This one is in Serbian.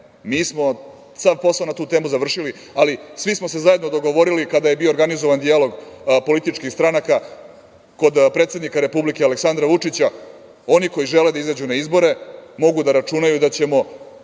mi smo sav posao na tu temu završili, ali svi smo se zajedno dogovorili kada je bio organizovan dijalog političkih stranaka kod predsednika Republike, Aleksandra Vučića, oni koji žele da izađu na izbore mogu da računaju da ćemo